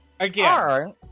Again